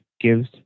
gives